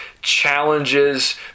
challenges